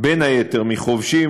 בין היתר מחובשים,